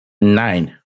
Nine